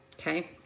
okay